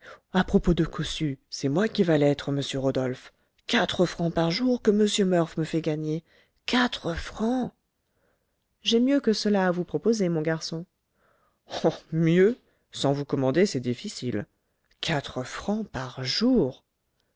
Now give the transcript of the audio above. à propos de cossu c'est moi qui vas l'être monsieur rodolphe quatre francs par jour que m murph me fait gagner quatre francs j'ai mieux que cela à vous proposer mon garçon oh mieux sans vous commander c'est difficile quatre francs par jour